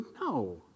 No